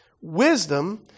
wisdom